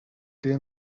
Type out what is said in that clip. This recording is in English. their